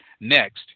Next